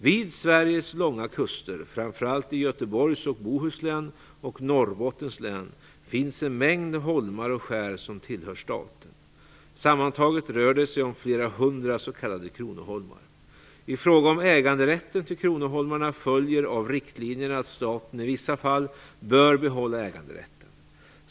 Vid Sveriges långa kuster, framför allt i Göteborgs och Bohus län och i Norrbottens län, finns en mängd holmar och skär som tillhör staten. Sammantaget rör det sig om flera hundra s.k. kronoholmar. I fråga om äganderätten till kronoholmarna följer av riktlinjerna att staten i vissa fall bör behålla äganderätten.